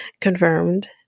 confirmed